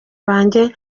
banjye